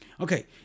okay